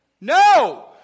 No